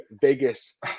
Vegas